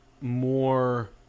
more